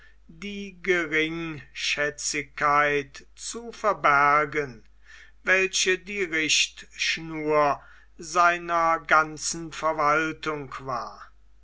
die geringschätzung zu verbergen welche die richtschnur seiner ganzen verwaltung war